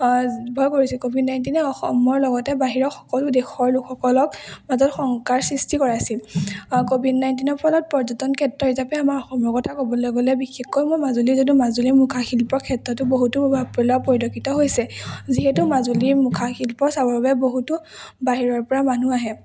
কৰিছিল ক'ভিড নাইণ্টিনে অসমৰ লগতে বাহিৰৰ সকলো দেশৰ লোকসকলৰ মাজত শংকাৰ সৃষ্টি কৰিছিল ক'ভিড নাইণ্টিনৰ ফলত পৰ্যটন ক্ষেত্ৰ হিচাপে আমাৰ অসমৰ কথা ক'বলৈ গ'লে বিশেষকৈ মই মাজুলী যিহেতু মাজুলীৰ মুখাশিল্পৰ ক্ষেত্ৰতো বহুতো প্ৰভাৱ পেলোৱা পৰিলক্ষিত হৈছে যিহেতু মাজুলীৰ মুখাশিল্প চাবৰ বাবে বহুতো বাহিৰৰ পৰা মানুহ আহে